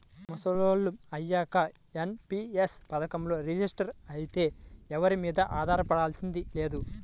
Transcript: ముసలోళ్ళం అయ్యాక ఎన్.పి.యస్ పథకంలో రిజిస్టర్ అయితే ఎవరి మీదా ఆధారపడాల్సింది లేదు